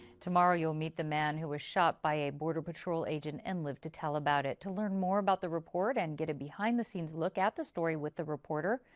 tomorrow you'll meet the man who was shot by a border patrol agent and lived to tell about it. to learn more about the report and get a behind the scenes look at the story with the reporter,